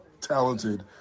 talented